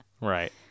Right